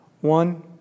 One